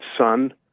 son